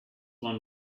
one